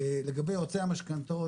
לגבי יועצי המשכנתאות,